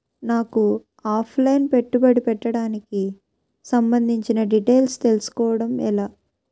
నాకు offline పెట్టుబడి పెట్టడానికి సంబందించిన డీటైల్స్ తెలుసుకోవడం ఎలా?